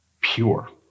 pure